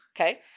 Okay